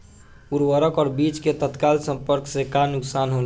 उर्वरक और बीज के तत्काल संपर्क से का नुकसान होला?